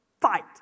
fight